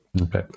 Okay